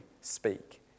speak